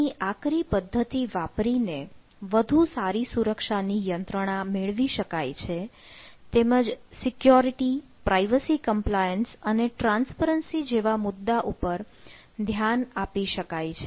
અહીં આકરી પદ્ધતિ વાપરી ને વધુ સારી સુરક્ષાની યંત્રણા મેળવી શકાય છે તેમજ સિક્યુરીટી જેવા મુદ્દા પર ધ્યાન આપી શકાય છે